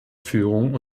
führung